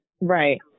Right